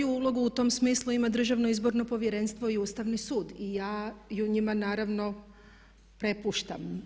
ulogu u tom smislu ima Državno izborno povjerenstvo i Ustavni sud i ja njima naravno prepuštam.